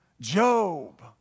Job